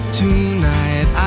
tonight